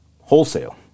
wholesale